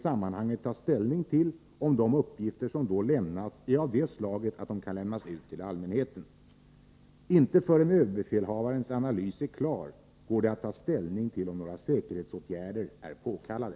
Föranleder ÖB:s rapportering nya säkerhetsåtgärder av något slag vid minstationer och andra militära kustanläggningar som hittills icke varit föremål för ständig bevakning?